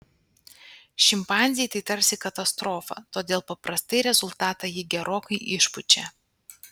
šimpanzei tai tarsi katastrofa todėl paprastai rezultatą ji gerokai išpučia